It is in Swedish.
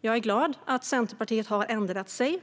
Jag är glad över att Centerpartiet har ändrat sig.